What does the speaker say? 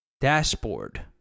dashboard